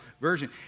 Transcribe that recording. version